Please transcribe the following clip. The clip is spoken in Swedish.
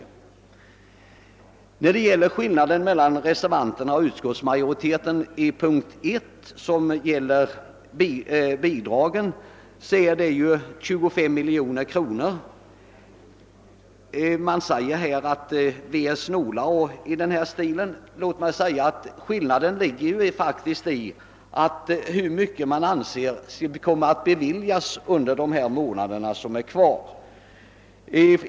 Vad sedan gäller skillnaden mellan reservanterna och utskottets majoritet rörande lokaliseringsbidragen uppgår den till 25 miljoner kronor. Det har i det sammanhanget sagts att vi är snåla. Men skillnaden ligger faktiskt mera i hur mycket man anser kommer att be viljas under de två återstående månaderna.